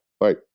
right